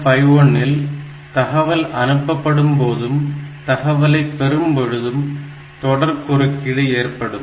8051 இல் தகவல் அனுப்பப்படும் போதும் தகவலைப் பெறும் பொழுதும் தொடர் குறுக்கீடு ஏற்படும்